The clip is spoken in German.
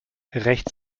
rechts